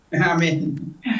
Amen